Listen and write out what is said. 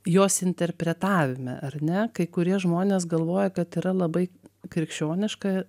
jos interpretavime ar ne kai kurie žmonės galvoja kad yra labai krikščioniška